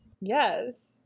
Yes